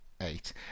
eight